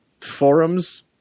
forums